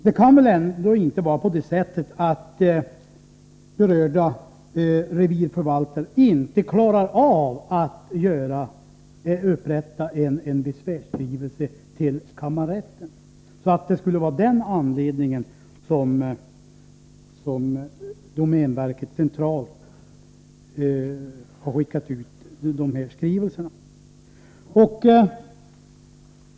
Det kan väl ändå inte vara så, att berörda revirförvaltare inte klarar av att upprätta en besvärsskrivelse till kammarrätten och att detta skulle kunna vara en anledning till att domänverket centralt har skickat ut dessa skrivelser?